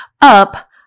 up